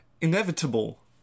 inevitable